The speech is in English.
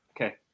Okay